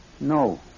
No